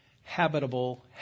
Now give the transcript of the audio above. habitable